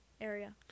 area